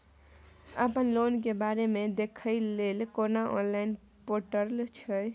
अपन लोन के बारे मे देखै लय कोनो ऑनलाइन र्पोटल छै?